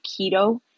keto